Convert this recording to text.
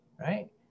right